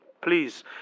Please